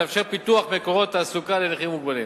ולאפשר פיתוח מקורות תעסוקה לנכים ומוגבלים.